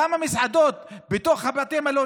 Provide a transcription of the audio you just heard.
למה אפשר מסעדות בתוך בתי מלון,